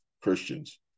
Christians